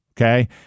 okay